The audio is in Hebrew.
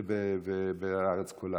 ובארץ כולה?